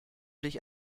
dich